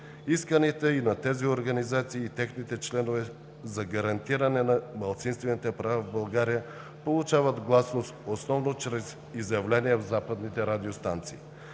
Исканията на тези организации и техните членове за гарантиране на малцинствените права в България получават гласност основно чрез изявления в западните радиостанции.